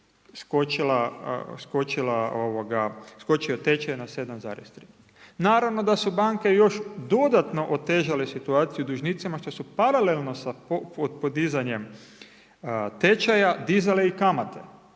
skočio tečaj na 7,3. Naravno da su banke još dodatno otežale situaciju dužnicima što su paralelno sa podizanjem tečaja dizale i kamate.